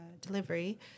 delivery